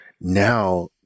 Now